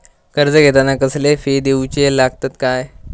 कर्ज घेताना कसले फी दिऊचे लागतत काय?